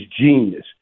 genius